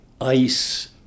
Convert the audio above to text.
ICE